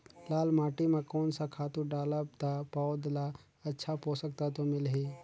लाल माटी मां कोन सा खातु डालब ता पौध ला अच्छा पोषक तत्व मिलही?